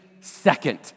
second